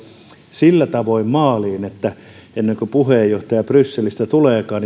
sillä tavoin maaliin että ennen kuin puheenjohtaja brysselistä tuleekaan